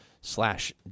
slash